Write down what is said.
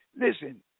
Listen